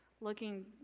looking